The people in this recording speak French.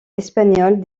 espagnols